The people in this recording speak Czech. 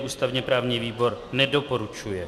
Ústavněprávní výbor nedoporučuje.